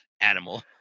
animal